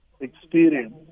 experience